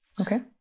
Okay